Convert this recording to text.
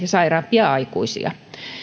ja sairaampia aikuisia